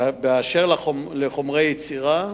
אשר לחומרי יצירה,